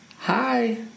Hi